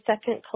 second